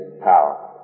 power